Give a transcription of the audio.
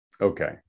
Okay